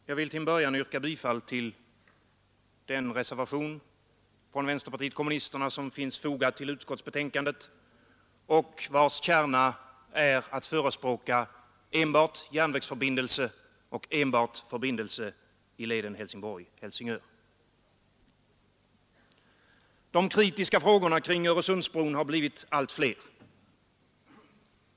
Herr talman! Jag vill till att börja med yrka bifall till den reservation från vänsterpartiet kommunisterna som finns fogad till utskottets betänkande och vars kärna är att förespråka enbart järnvägsförbindelse och enbart förbindelse i leden Helsingborg—Helsingör. De kritiska frågorna kring Öresundsbron har blivit allt fler.